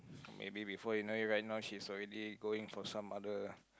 maybe before you know it right now she's already going for some other